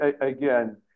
again